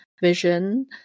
vision